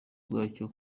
bwacyo